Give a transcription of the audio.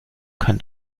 kann